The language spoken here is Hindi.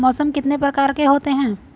मौसम कितने प्रकार के होते हैं?